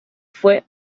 fue